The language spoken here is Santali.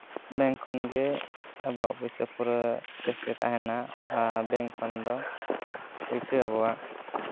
ᱵᱮᱝᱠ ᱠᱷᱚᱱ ᱜᱮ ᱟᱵᱚᱣᱟᱜ ᱯᱚᱭᱥᱟ ᱯᱩᱨᱟᱹ ᱠᱮᱥ ᱜᱮ ᱛᱟᱦᱮᱱᱟ ᱟᱨ ᱵᱮᱝᱠ ᱠᱷᱚᱱ ᱫᱚ ᱯᱚᱭᱥᱟ ᱟᱵᱚᱣᱟᱜ